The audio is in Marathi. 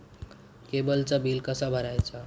केबलचा बिल कसा भरायचा?